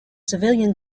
civilian